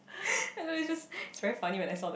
I don't know it's just it's very funny when I saw the